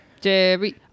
Jerry